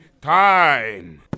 time